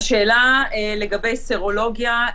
לגבי סרולוגיה,